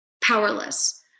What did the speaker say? powerless